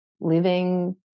living